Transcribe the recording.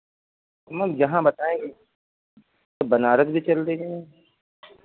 ma'am जहाँ बताएँगी तो बनारस भी चल देंगे मैम